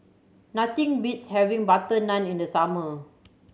nothing beats having butter naan in the summer